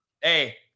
Hey